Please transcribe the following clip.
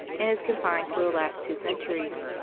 and is confined to the last two centuries.